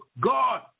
God